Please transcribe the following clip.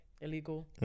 illegal